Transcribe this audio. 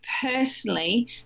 personally